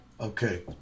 okay